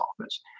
office